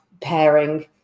pairing